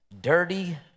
dirty